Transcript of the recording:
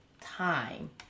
time